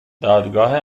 دادگاه